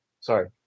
sorry